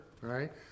right